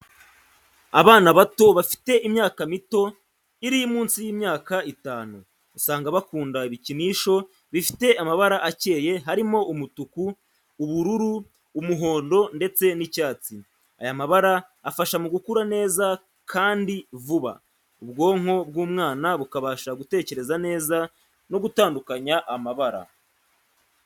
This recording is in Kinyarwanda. Abana bato bafite imyaka mito iri munsi y'imyaka itanu, usanga bakunda ibikinisho bifite amabara akeye harimo umutuku, ubururu, umuhondo, ndetse n'icyatsi. Aya mabara afasha mu gukura neza kandi kandi vuba, ubwonko bw'umwana bukabasha gutekereza neza no gutandukanya amabara.